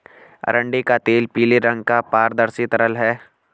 अरंडी का तेल पीले रंग का पारदर्शी तरल है